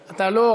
אתה לא,